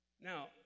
Now